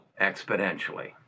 exponentially